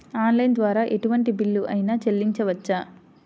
Online ద్వారా ఎటువంటి bill అయినా చెల్లించవచ్చా?